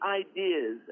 ideas